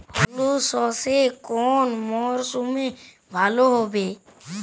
হলুদ সর্ষে কোন মরশুমে ভালো হবে?